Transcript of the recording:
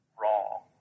wrong